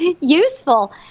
useful